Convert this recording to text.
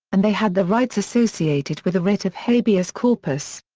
and they had the rights associated with a writ of habeas corpus.